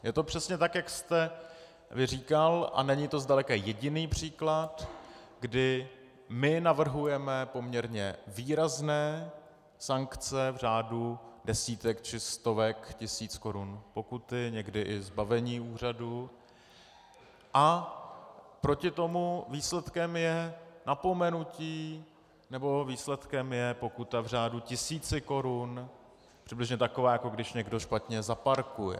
Je to přesně tak, jak jste vy říkal, a není to zdaleka jediný příklad, kdy my navrhujeme poměrně výrazné sankce v řádu desítek či stovek tisíc korun pokuty, někdy i zbavení úřadu, a proti tomu výsledkem je napomenutí nebo výsledkem je pokuta v řádu tisíců korun, přibližně taková, jako když někdo špatně zaparkuje.